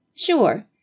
Sure